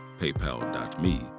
paypal.me